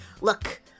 look